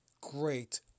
great